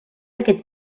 aquest